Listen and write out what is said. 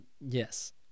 yes